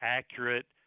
accurate